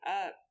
up